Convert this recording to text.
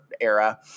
era